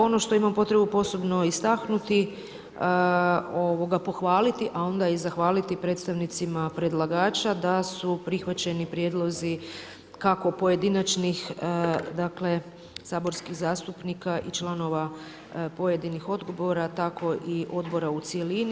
Ono što imam potrebu posebno istaknuti, pohvaliti, a onda i zahvaliti predstavnicima predlagača, da su prihvaćeni prijedlozi kako pojedinačnih saborskih zastupnika i članova pojedinih odgovora, tako i odbora u cjelini.